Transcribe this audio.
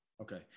Okay